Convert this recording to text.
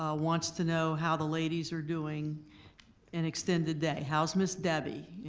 ah wants to know how the ladies are doing in extended day. how's ms. debbie,